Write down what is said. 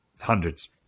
Hundreds